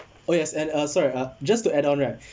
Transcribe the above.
oh yes and uh sorry uh just to add on right